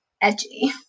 edgy